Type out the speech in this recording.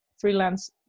freelance